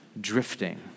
drifting